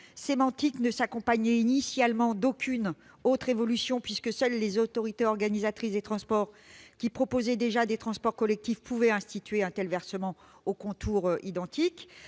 sémantique ne s'accompagnait initialement d'aucune autre évolution, puisque seules les autorités organisatrices de transport proposant déjà des transports collectifs pouvaient instituer le nouveau versement, avec des contours identiques